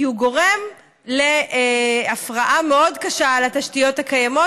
כי הוא גורם להפרעה מאוד קשה לתשתיות הקיימות,